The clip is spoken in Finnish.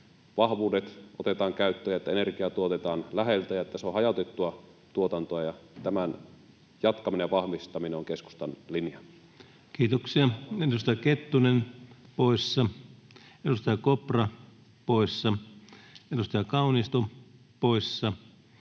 vahvuudet otetaan käyttöön ja että energiaa tuotetaan läheltä ja että se on hajautettua tuotantoa. Tämän jatkaminen ja vahvistaminen on keskustan linja. Kiitoksia. — Edustaja Kettunen poissa, edustaja Kopra poissa, edustaja Kaunisto poissa,